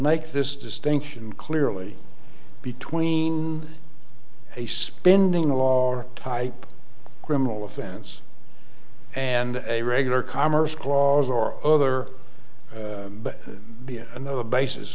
make this distinction clearly between a spending a law type criminal offense and a regular commerce clause or other and the basis